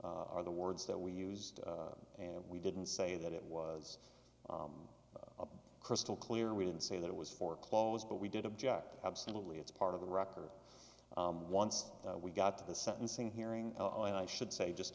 are the words that we used and we didn't say that it was a crystal clear we didn't say that it was foreclosed but we did object absolutely it's part of the record once we got to the sentencing hearing and i should say just